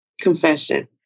confession